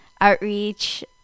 Outreach